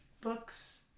Books